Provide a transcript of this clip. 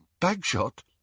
Bagshot